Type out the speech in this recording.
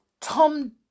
Tom